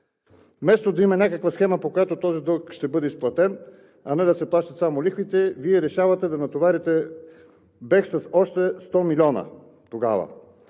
Вместо да има някаква схема, по която този дълг ще бъде изплатен, а не да се плащат само лихвите, Вие решавате да натоварите БЕХ с още 100 милиона тогава.